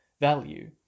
value